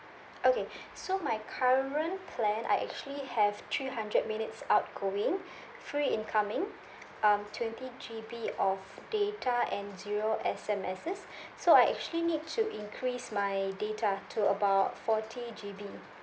okay so my current plan I actually have three hundred minutes outgoing free in coming um twenty G_B of data and zero S_M_S so I actually need to increase my data to about forty G_B